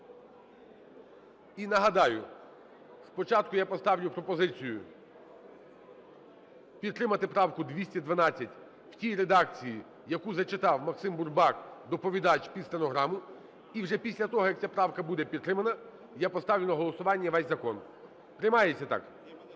І нагадаю: спочатку я поставлю пропозицію підтримати правку 212 в тій редакції, яку зачитав Максим Бурбак, доповідач, під стенограму, і вже після того, як ця правка буде підтримана, я поставлю на голосування весь закон. Приймається так?